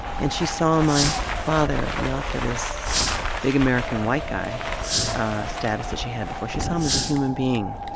and she saw my father not for this big american white guy yeah status that she had before. she saw him as a human being,